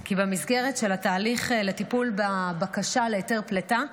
כי במסגרת התהליך לטיפול בבקשה להיתר פליטה,